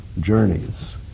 journeys